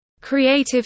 creative